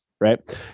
right